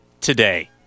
today